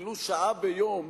ולו שעה ביום,